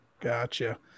gotcha